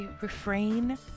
refrain